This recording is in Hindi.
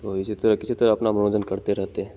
तो इसी तरीके से तो अपना मनोरंजन करते रहते हैं